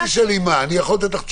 אל תשאלי מה, אני יכול לתת לך תשובה.